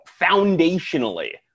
foundationally